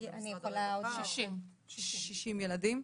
60. 60 ילדים.